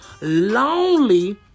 lonely